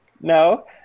No